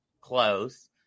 close